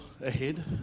ahead